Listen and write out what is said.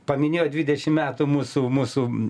paminėjo dvidešim metų mūsų mūsų